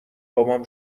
بابام